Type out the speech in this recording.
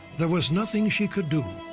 there was nothing she could do.